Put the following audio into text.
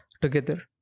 together